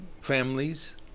families